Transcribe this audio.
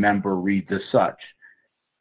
member read the such